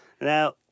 Now